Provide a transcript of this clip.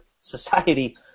society